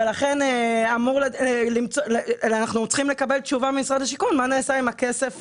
ולכן אנחנו צריכים לקבל תשובה ממשרד השיכון מה נעשה עם הכסף